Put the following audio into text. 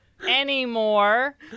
Anymore